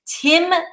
tim